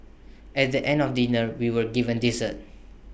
at the end of dinner we were given dessert